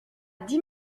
dix